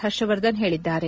ಹರ್ಷವರ್ಧನ್ ಹೇಳಿದ್ದಾರೆ